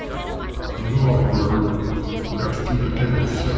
in the library next to the candlestick.